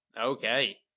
Okay